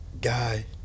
guy